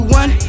one